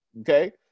okay